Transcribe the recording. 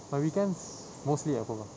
on weekends mostly at home ah